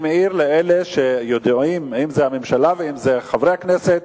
אני מעיר לאלה שיודעים אם הממשלה ואם חברי הכנסת,